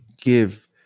give